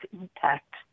impact